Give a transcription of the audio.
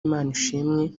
manishimwe